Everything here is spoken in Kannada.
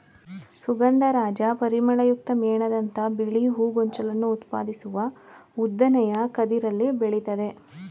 ಸುಗಂಧರಾಜ ಪರಿಮಳಯುಕ್ತ ಮೇಣದಂಥ ಬಿಳಿ ಹೂ ಗೊಂಚಲನ್ನು ಉತ್ಪಾದಿಸುವ ಉದ್ದನೆಯ ಕದಿರಲ್ಲಿ ಬೆಳಿತದೆ